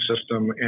system